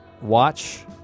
watch